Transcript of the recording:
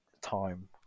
time